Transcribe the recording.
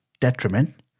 detriment